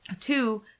Two